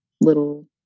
little